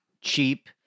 cheap